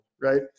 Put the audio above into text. right